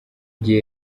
gihe